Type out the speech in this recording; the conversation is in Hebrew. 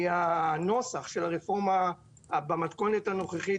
מהנוסח של הרפורמה במתכונת הנוכחית,